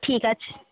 ঠিক আছে